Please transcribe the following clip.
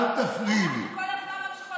אנחנו כל הזמן ממשיכות לעבוד.